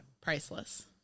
Priceless